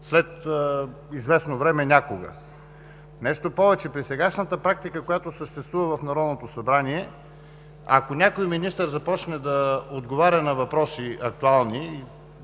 след известно време, някога. Нещо повече, при сегашната практика, която съществува в Народното събрание, ако някой министър започне да отговоря на актуални